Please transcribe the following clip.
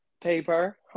paper